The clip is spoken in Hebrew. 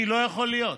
כי לא יכול להיות.